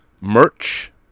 merch